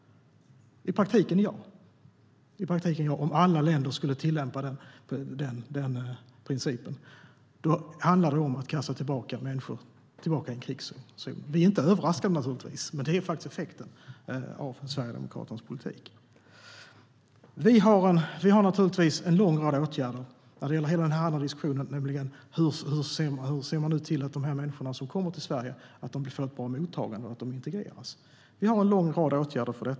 I praktiken ja. Om alla länder tillämpar den principen handlar det om att kasta tillbaka människor i en krigszon. Vi är naturligtvis inte överraskade, för det blir effekten av Sverigedemokraternas politik. Vi vidtar givetvis en lång rad åtgärder när det gäller hela den andra diskussionen, nämligen hur vi ser till att de som kommer till Sverige får ett bra mottagande och integreras. Vi vidtar en lång rad åtgärder för det.